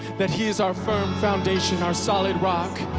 that he is our firm foundation, our solid rock.